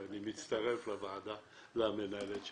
ואני מצטרף למנהלת שלנו,